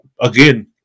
again